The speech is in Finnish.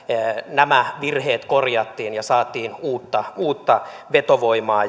nämä virheet korjattiin ja saatiin uutta uutta vetovoimaa